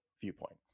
viewpoint